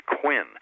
Quinn